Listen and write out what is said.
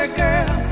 girl